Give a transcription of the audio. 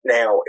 Now